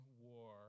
war